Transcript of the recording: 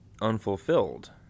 unfulfilled